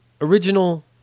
original